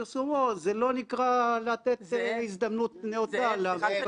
רק להגיד שזה על פי התפקידים, זה לא על פי השמות.